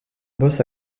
bos